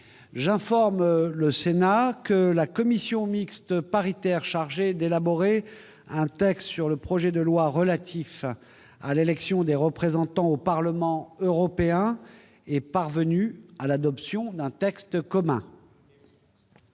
J'informe le Sénat que la commission mixte paritaire chargée d'élaborer un texte sur le projet de loi relatif à l'élection des représentants au Parlement européen est parvenue à l'adoption d'un texte commun.